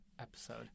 episode